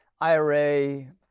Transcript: IRA